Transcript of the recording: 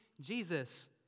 Jesus